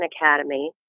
Academy